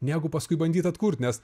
negu paskui bandyt atkurt nes